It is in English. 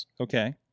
Okay